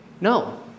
No